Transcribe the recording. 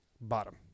Bottom